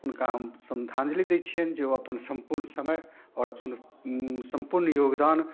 हुनका हम श्रद्धाञ्जलि दै छिअनि जे ओ अपन सम्पूर्ण समय आओर अपन सम्पूर्ण योगदान